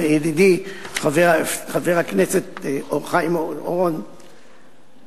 ידידי חבר הכנסת חיים אורון,